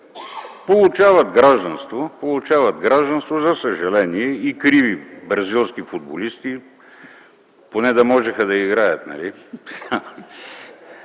Получават гражданство, за съжаление, игриви бразилски футболисти – поне да можеха да играят